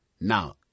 Now